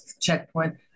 checkpoint